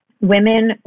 women